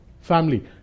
family